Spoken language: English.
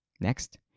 next